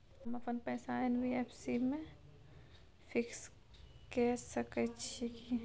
हम अपन पैसा एन.बी.एफ.सी म फिक्स के सके छियै की?